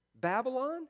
Babylon